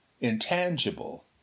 intangible